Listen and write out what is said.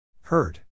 Hurt